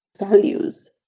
values